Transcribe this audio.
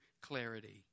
clarity